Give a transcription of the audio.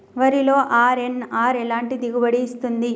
వరిలో అర్.ఎన్.ఆర్ ఎలాంటి దిగుబడి ఇస్తుంది?